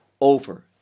over